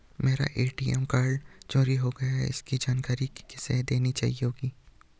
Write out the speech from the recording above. मेरा ATM card चोरी हो गया है इसकी जानकारी किसे देनी होगी?